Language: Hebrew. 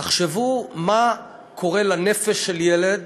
תחשבו מה קורה לנפש של ילד